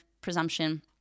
presumption